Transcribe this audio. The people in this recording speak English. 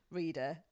reader